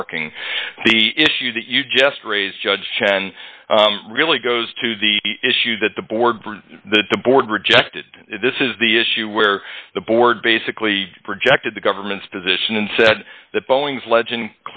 marking the issue that you just raised judge chen really goes to the issue that the board the board rejected this is the issue where the board basically projected the government's position and said that boeing's legend